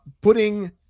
putting